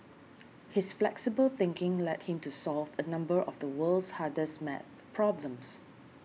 his flexible thinking led him to solve a number of the world's hardest math problems